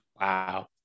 Wow